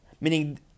meaning